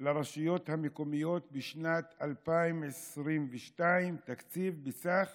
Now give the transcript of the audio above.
לרשויות המקומיות בשנת 2022 תקציב בסך